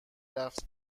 رفت